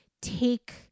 take